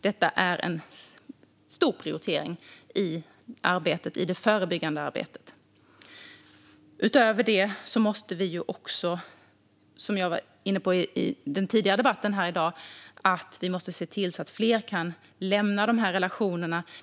Det är en stor prioritering i det förebyggande arbetet. Utöver det måste vi också, som jag var inne på i den tidigare debatten här i dag, se till att fler kan lämna dessa relationer.